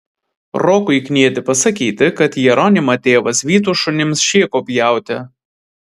rokui knieti pasakyti kad jeronimą tėvas vytų šunims šėko pjauti